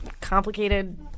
complicated